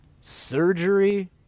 surgery